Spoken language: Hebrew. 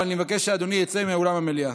ואני מבקש שאדוני יצא מאולם המליאה.